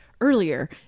earlier